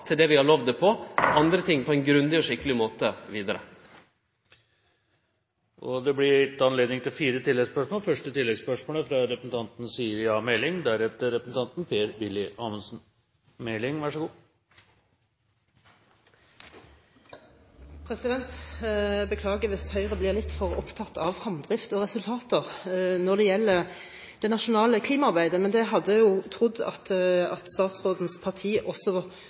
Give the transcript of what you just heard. til det vi har lova. Andre ting må vi jobbe vidare med på ein grundig og skikkeleg måte. Det blir gitt anledning til fire oppfølgingsspørsmål – først fra Siri A. Meling. Jeg beklager hvis Høyre blir litt for opptatt av fremdrift og resultater når det gjelder det nasjonale klimaarbeidet, men det hadde jeg jo trodd at statsrådens parti også var.